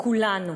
כולנו.